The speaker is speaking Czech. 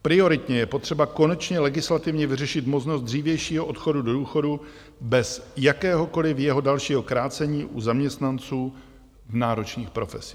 Prioritně je potřeba konečně legislativně vyřešit možnost dřívějšího odchodu do důchodu bez jakéhokoliv jeho dalšího krácení u zaměstnanců v náročných profesích.